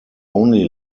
only